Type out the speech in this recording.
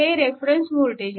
हे reference voltage आहे